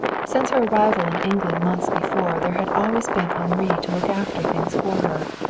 since her arrival in england months before there had always been henri to look after things for her.